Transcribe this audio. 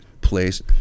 place